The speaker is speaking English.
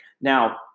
Now-